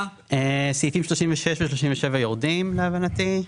סעיפים 36 ו-37 יורדים, להבנתי.